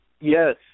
Yes